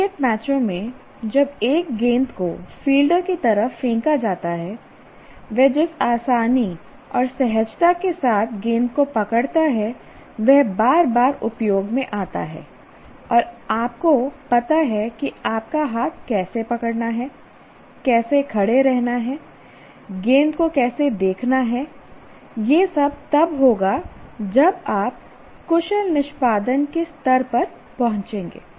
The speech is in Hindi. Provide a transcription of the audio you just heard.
क्रिकेट मैचों में जब एक गेंद को फील्डर की तरफ फेंका जाता है वह जिस आसानी और सहजता के साथ गेंद को पकड़ता है वह बार बार उपयोग में आता है और आपको पता है कि आपका हाथ कैसे पकड़ना है कैसे खड़े रहना है गेंद को कैसे देखना है ये सब तब होगा जब आप कुशल निष्पादन के स्तर पर पहुँचेंगे